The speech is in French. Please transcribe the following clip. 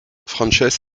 frances